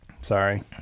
Sorry